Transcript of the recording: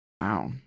Wow